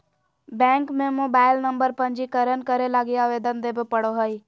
bank में mobile number पंजीकरण करे लगी आवेदन देबे पड़ो हइ